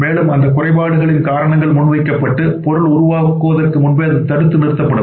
மேலும் அந்த குறைபாடுகளின் காரணங்கள் முன்வைக்கப்பட்டு பொருள் உருவாக்குவதற்கு முன்பே அது தடுத்து நிறுத்தப்படும்